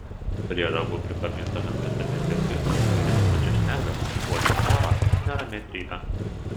prie ragų prikabinta lentutė dengia akis ir jis pučia šnerves uodžia orą neramiai trypia